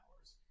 hours